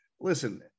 Listen